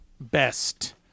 best